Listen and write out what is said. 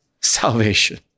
salvation